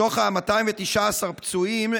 מתוך 219 הפצועים,